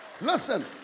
Listen